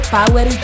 Power